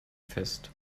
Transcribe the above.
fest